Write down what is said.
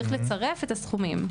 יש לצרף את הסכומים.